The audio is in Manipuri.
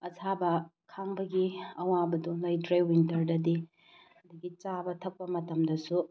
ꯑꯁꯥꯕ ꯈꯥꯡꯕꯒꯤ ꯑꯋꯥꯕꯗꯣ ꯂꯩꯇ꯭ꯔꯦ ꯋꯤꯟꯇꯔꯗꯗꯤ ꯑꯗꯨꯗꯒꯤ ꯆꯥꯕ ꯊꯛꯄ ꯃꯇꯝꯗꯁꯨ